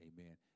Amen